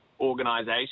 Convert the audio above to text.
organisation